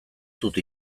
dut